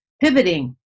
pivoting